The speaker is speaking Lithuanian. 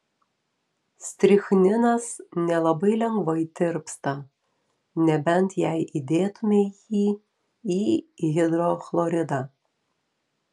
strichninas nelabai lengvai tirpsta nebent jei įdėtumei jį į hidrochloridą